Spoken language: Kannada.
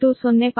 27 0